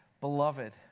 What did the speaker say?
beloved